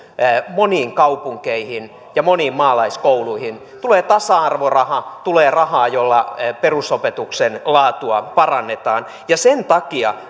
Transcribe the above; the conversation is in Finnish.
moniin kaupunkeihin ja moniin maalaiskouluihin tulee tasa arvoraha tulee rahaa jolla perusopetuksen laatua parannetaan ja sen takia